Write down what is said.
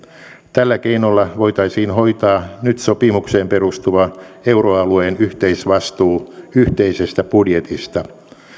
tällä keinolla voitaisiin hoitaa nyt sopimukseen perustuva euroalueen yhteisvastuu yhteisestä budjetista